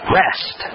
rest